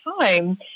time